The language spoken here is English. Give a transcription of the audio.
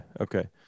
Okay